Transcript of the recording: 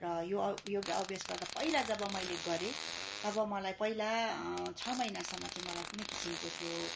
र यो योगा अभ्यास गर्दा पहिला जब मैले गरेँ तब मलाई पहिला छ महिनासम चाहिँ मलाई कुनै किसिमको त्यो